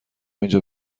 اینجا